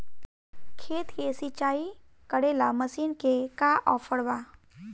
खेत के सिंचाई करेला मशीन के का ऑफर बा?